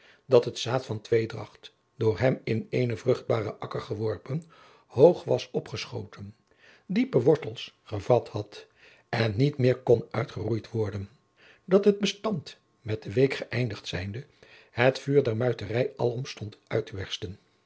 dat het zaad van tweedracht door hem in eenen vruchtbaren akker geworpen hoog was opgeschoten diepe wortels gevat had en niet meer kon uitgeroeid worden dat het bestand met de week gëeindigd zijnde het vuur der muiterij alom stond